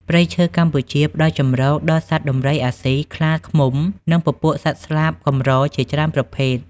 ព្រៃឈើកម្ពុជាផ្តល់ជម្រកដល់សត្វដំរីអាស៊ី ខ្លាឃ្មុំ និងពពួកសត្វស្លាបកម្រជាច្រើនប្រភេទ។